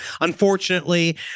unfortunately